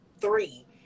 three